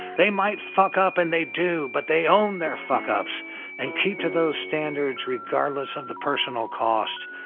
they might fuck up and they do but they own their fuckups and keep to those standards regardless of the personal cost.